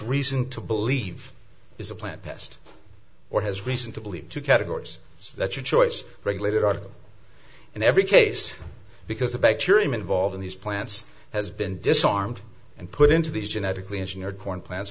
reason to believe it's a plant pest or has reason to believe two categories so that your choice regulated are in every case because the bacterium involved in these plants has been disarmed and put into these genetically engineered corn plants